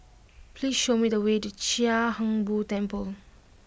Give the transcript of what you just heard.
please show me the way to Chia Hung Boo Temple